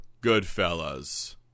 goodfellas